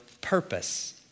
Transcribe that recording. purpose